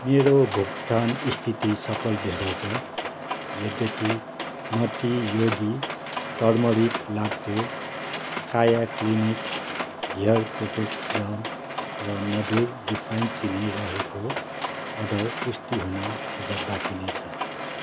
मेरो भुक्तान स्थिति सफल देखाउँछ यद्यपि Nutty Yogi turmeric latte Kaya clinic hair protect serum र मधुर रिफाइन चिनी रहेको अर्डरको पुष्टि हुन अझ बाँकी नै छ